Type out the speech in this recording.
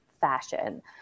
fashion